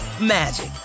magic